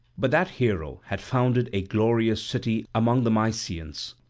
but that hero had founded a glorious city among the mysians,